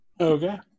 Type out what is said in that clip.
Okay